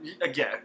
again